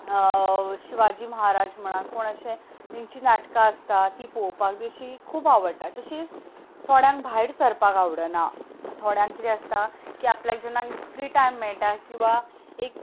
शिवाजी महाराज म्हणा कोण अशे हेंचीं नाटकां आसतात तीं पोवपाक बी अशीं खूब आवडटा तशीं थोड्यांक भायर सरपाक आवडना थोड्यांक कितें आसता की आपल्याक जेन्ना फ्री टायम मेळटा किंवां एक